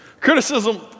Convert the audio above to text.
Criticism